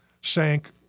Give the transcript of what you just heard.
sank